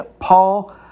Paul